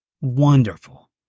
Wonderful